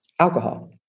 alcohol